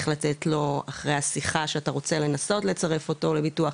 אחרי השיחה שאתה רוצה לצרף אותו לביטוח,